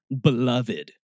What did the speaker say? beloved